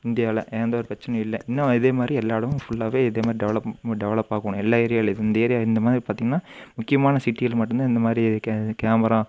இந்தியாவில் எந்தவொரு பிரச்சனையும் இல்லை இன்னும் இதே மாதிரி எல்லா இடமும் ஃபுல்லாவே இதே மாதிரி டெவலப்மெண் டெவலப் ஆகணும் எல்லா ஏரியாவிலையும் இந்த ஏரியா இந்த மாதிரி பார்த்தீங்கன்னா முக்கியமான சிட்டியில் மட்டுந்தான் இந்த மாதிரி கே கேமரா